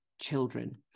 children